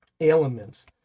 elements